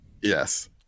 Yes